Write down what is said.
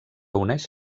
uneix